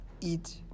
eat